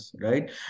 right